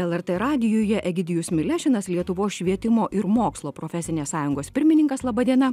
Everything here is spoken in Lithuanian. lrt radijuje egidijus milešinas lietuvos švietimo ir mokslo profesinės sąjungos pirmininkas laba diena